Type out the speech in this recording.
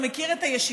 אז הוא מכיר את הישיבה,